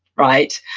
right?